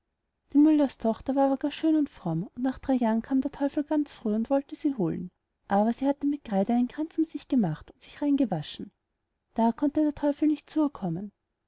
die müllerstochter war aber gar schön und fromm und nach drei jahren kam der teufel ganz früh und wollte sie holen aber sie hatte mit kreide einen kranz um sich gemacht und sich rein gewaschen da konnte der teufel nicht zu